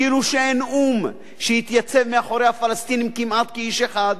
כאילו שאין או"ם שהתייצב מאחורי הפלסטינים כמעט כאיש אחד.